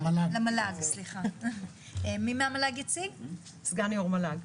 אני מתנצל.